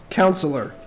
counselor